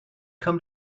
come